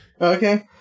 Okay